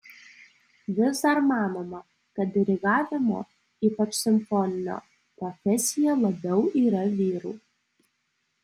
vis dar manoma kad dirigavimo ypač simfoninio profesija labiau yra vyrų